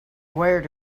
wired